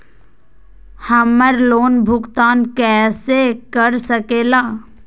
हम्मर लोन भुगतान कैसे कर सके ला?